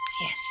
Yes